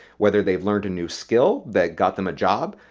whether they have learned a new skill that got them a job.